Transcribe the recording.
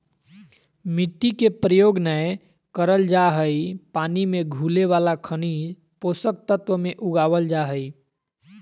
मिट्टी के प्रयोग नै करल जा हई पानी मे घुले वाला खनिज पोषक तत्व मे उगावल जा हई